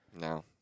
No